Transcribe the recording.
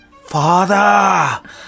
Father